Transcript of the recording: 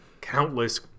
countless